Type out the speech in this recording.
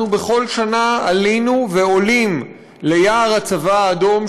אנחנו בכל שנה עלינו ועולים ליער הצבא האדום,